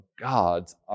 God's